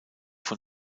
von